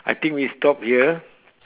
I think we stop here